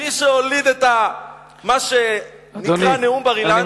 מי שהוליד שם את מה שנקרא נאום בר-אילן,